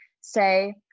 say